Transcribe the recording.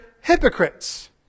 hypocrites